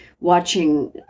watching